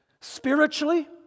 Spiritually